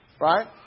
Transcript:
right